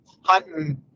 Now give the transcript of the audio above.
hunting